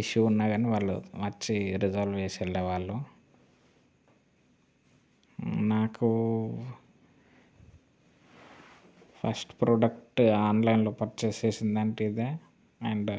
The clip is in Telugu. ఇష్యూ ఉన్న గాని వాళ్ళు వచ్చి రిజర్వేషన్ వాళ్ళు నాకు ఫస్ట్ ప్రోడక్ట్ ఆన్లైన్లో పర్చేస్ చేసిందంటే ఇదే అండ్